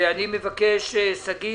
שגית,